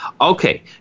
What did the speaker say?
Okay